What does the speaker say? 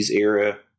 era